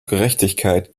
gerechtigkeit